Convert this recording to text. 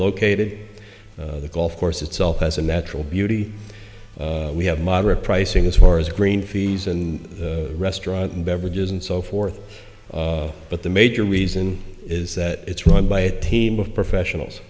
located the golf course itself has a natural beauty we have moderate pricing as far as green fees and restaurant and beverages and so forth but the major reason is that it's run by a team of professionals